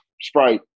Sprite